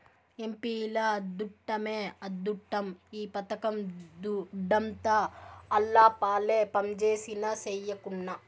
ఎంపీల అద్దుట్టమే అద్దుట్టం ఈ పథకం దుడ్డంతా ఆళ్లపాలే పంజేసినా, సెయ్యకున్నా